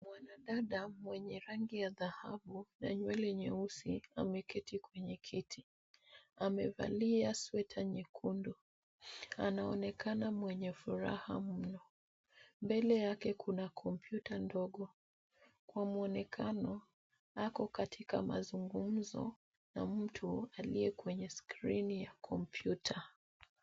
Mwanadada mwenye rangi ya dhahabu na nywele nyeusi ameketi kwenye kiti. Amevalia sweta nyekundu. Anaonekana mwenye furaha mno. Mbele yake kuna kompyuta ndogo. Kwa mwonekano, ako katika mazungumzo na mtu aliye kwenye skrini ya kompyuta.